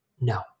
no